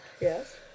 Yes